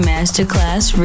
Masterclass